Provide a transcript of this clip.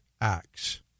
Acts